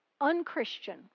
Unchristian